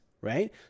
right